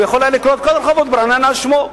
שהוא יכול היה לקרוא את כל הרחובות ברעננה על שמו,